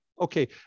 okay